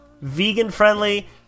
vegan-friendly